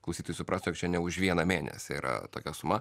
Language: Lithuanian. klausytojai suprastų jog čia ne už vieną mėnesį yra tokia suma